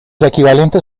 equivalentes